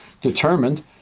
determined